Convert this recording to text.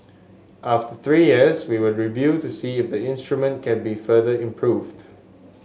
after three years we would review to see if the instrument can be further improved